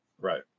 Right